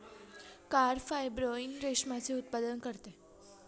carp fibroin रेशमाचे उत्पादन करते